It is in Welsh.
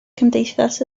cymdeithas